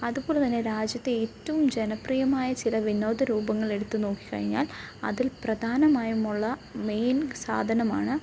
അതുപോലെത്തന്നെ രാജ്യത്തെ ഏറ്റവും ജനപ്രിയമായ ചില വിനോദ രൂപങ്ങളെടുത്ത് നോക്കിക്കഴിഞ്ഞാൽ അതിൽ പ്രധാനമായുമുള്ള മെയിൻ സാധനമാണ്